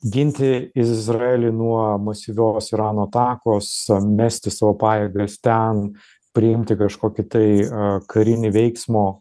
ginti izraelį nuo masyvios irano atakos mesti savo pajėgas ten priimti kažkokį tai karinį veiksmo